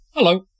Hello